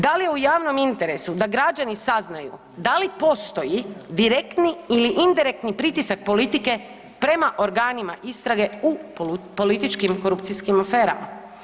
Da li je u javnom interesu da građani saznaju da li postoji direktni ili indirektni pritisak politike prema organima istrage u političkim korupcijskim aferama?